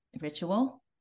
ritual